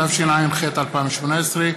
התשע"ח 2018,